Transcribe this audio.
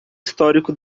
histórico